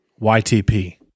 YTP